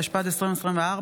התשפ"ד 2024,